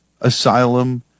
asylum